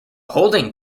holding